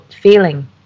feeling